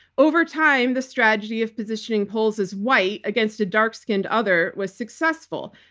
over time, the strategy of positioning pols as white against a dark-skinned other was successful.